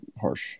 harsh